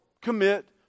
commit